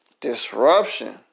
Disruption